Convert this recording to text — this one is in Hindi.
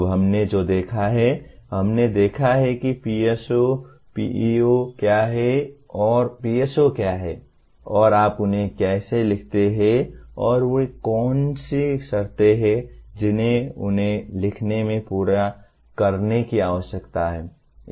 अब हमने जो देखा है हमने देखा है कि PSO PEO क्या हैं और PSO क्या हैं और आप उन्हें कैसे लिखते हैं और वे कौन सी शर्तें हैं जिन्हें उन्हें लिखने में पूरा करने की आवश्यकता है